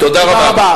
תודה רבה.